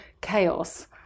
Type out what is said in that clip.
chaos